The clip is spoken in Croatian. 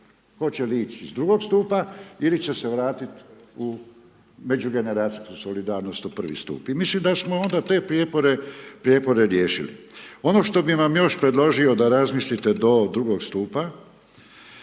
hoće li ići iz drugog stupa ili će se vratit u međugeneracijsku solidarnost u prvi stup. I mislim da smo onda te prijepore riješili. Ono što bih vam još predložio da razmislite do drugog stupa,